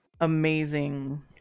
amazing